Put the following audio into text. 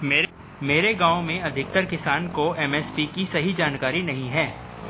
मेरे गांव में अधिकतर किसान को एम.एस.पी की सही जानकारी नहीं है